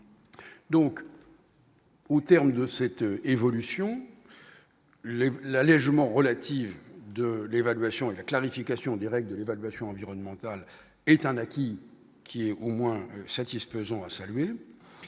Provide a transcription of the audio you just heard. donc. Au terme de cette évolution lève l'allégement relative de l'évaluation et la clarification directe de l'évaluation environnementale est un acquis qui est au moins satisfaisant, a salué